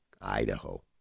Idaho